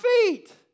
feet